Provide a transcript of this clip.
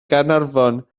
gaernarfon